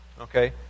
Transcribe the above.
Okay